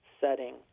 setting